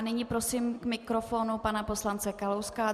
Nyní prosím k mikrofonu pana poslance Kalouska.